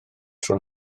tro